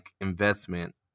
investment